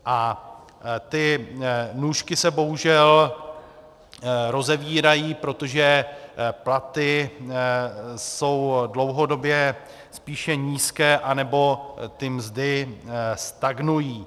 A ty nůžky se bohužel rozevírají, protože platy jsou dlouhodobě spíše nízké, anebo ty mzdy stagnují.